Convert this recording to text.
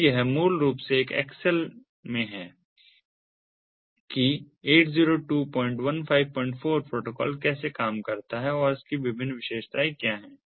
तो यह मूल रूप से एक एक्सेल में है कि 802154 प्रोटोकॉल कैसे काम करता है और इसकी विभिन्न विशेषताएँ क्या हैं